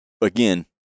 again